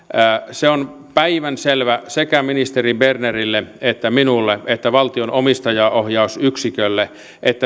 se on päivänselvää sekä ministeri bernerille että minulle että valtion omistajaohjausyksikölle